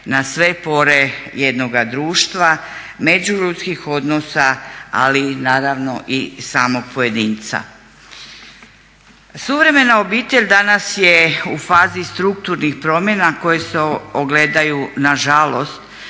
na sve pore jednoga društva, međuljudskih odnosa ali i naravno i samog pojedinca. Suvremena obitelj danas je u fazi strukturnih promjena koje se ogledaju nažalost